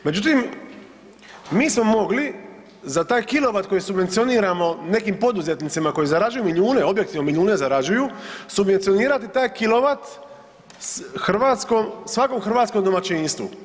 Međutim, mi smo mogli za taj kilovat koji subvencioniramo nekim poduzetnicima koji zarađuju milijune, objektivno milijune zarađuju, subvencionirati tak kilovat hrvatskom, svakom hrvatskom domaćinstvu.